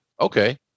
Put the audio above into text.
Okay